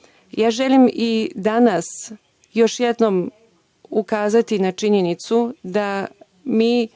zemljama. Želim i danas, još jednom ukazati na činjenicu da mi